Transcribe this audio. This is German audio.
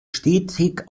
stetig